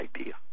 idea